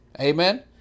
Amen